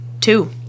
two